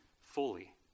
fully